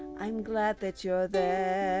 i'm glad that you're there.